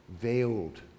Veiled